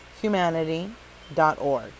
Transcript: humanity.org